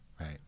Right